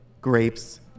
grapes